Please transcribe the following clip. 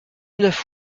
neuf